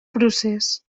procés